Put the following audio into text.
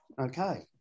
Okay